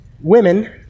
women